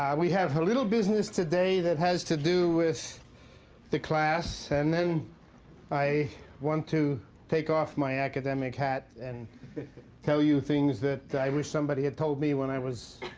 we have a little business today that has to do with the class. and then i want to take off my academic hat and tell you things that i wish somebody had told me when i was